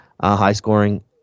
high-scoring